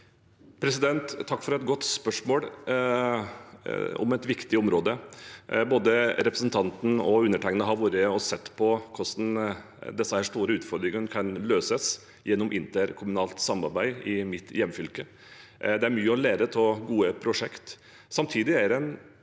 Takk for et godt spørs- mål om et viktig område. Både representanten og undertegnede har vært og sett på hvordan disse store utfordringene kan løses gjennom interkommunalt samarbeid i mitt hjemfylke. Det er mye å lære av gode prosjekt.